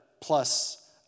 plus